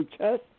chest